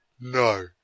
No